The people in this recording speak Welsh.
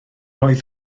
oedd